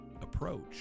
approach